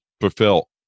fulfill